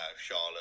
Charlotte